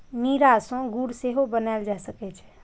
नीरा सं गुड़ सेहो बनाएल जा सकै छै